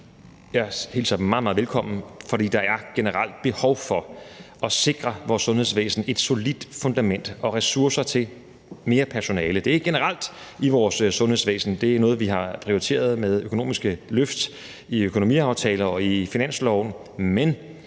meget, meget velkommen, fordi der generelt er behov for at sikre vores sundhedsvæsen et solidt fundament og ressourcer til mere personale. Det er ikke generelt i vores sundhedsvæsen, for det er noget, vi har prioriteret med økonomiske løft i økonomiaftaler og i finansloven, men